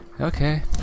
Okay